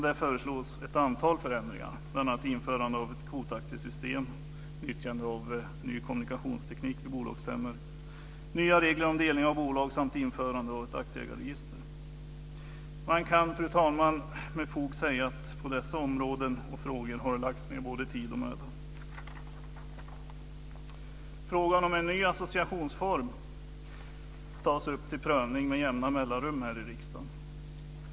Där förelås ett antal förändringar, bl.a. införande av ett kvotaktiesystem, nyttjande av ny kommunkationsteknik för bolagsstämmor, nya regler om delning av bolag samt införande av ett aktieägarregister. Man kan, fru talman, med fog säga att på dessa områden, i dessa frågor, har det lagts ned både tid och möda. Frågan om en ny associationsform tas upp till prövning med jämna mellanrum här i riksdagen.